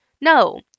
No